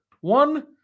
One